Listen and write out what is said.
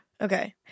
Okay